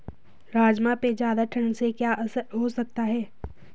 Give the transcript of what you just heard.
राजमा पे ज़्यादा ठण्ड से क्या असर हो सकता है?